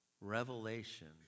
revelation